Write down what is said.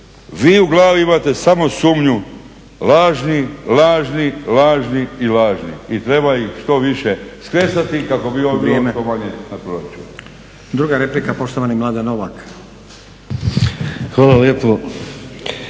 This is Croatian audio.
vi u glavi imate samo sumnju lažni, lažni, lažni i lažni i treba im što više skresati kako bi … što manje na proračunu. **Stazić, Nenad (SDP)** Vrijeme.